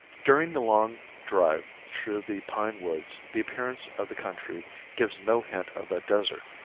during the long drive through the pine woods the appearance of the country gives no hint of a desert,